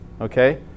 okay